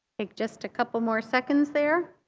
take just a couple more seconds there.